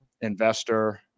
investor